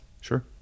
Sure